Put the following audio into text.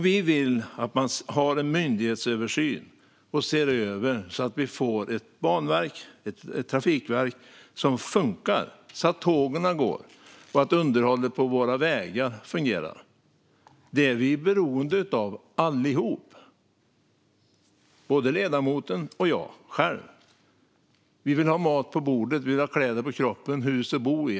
Vi vill att man gör en myndighetsöversyn och ser över detta så att vi får ett trafikverk som funkar, så att tågen går och underhållet på våra vägar fungerar. Det är vi beroende av allihop, både ledamoten och jag själv. Vi vill ha mat på bordet, kläder på kroppen och hus att bo i.